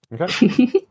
okay